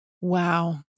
Wow